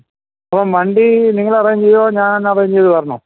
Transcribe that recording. അപ്പം വണ്ടി നിങ്ങൾ അറേഞ്ച് ചെയ്യുമോ ഞാൻ അറേഞ്ച് ചെയ്ത് തരണോ